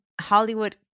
Hollywood